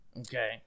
Okay